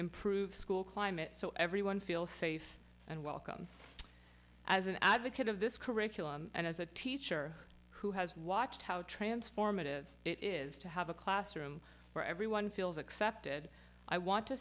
improve school climate so everyone feels safe and welcome as an advocate of this curriculum and as a teacher who has watched how transformative it is to have a classroom where everyone feels accepted i want to